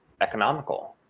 economical